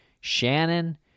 Shannon